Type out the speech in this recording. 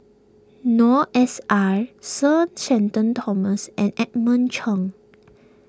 Noor S I Sir Shenton Thomas and Edmund Cheng